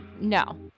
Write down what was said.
no